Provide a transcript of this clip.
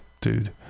dude